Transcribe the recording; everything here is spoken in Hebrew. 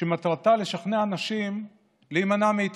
שמטרתן לשכנע אנשים להימנע מההתחסנות,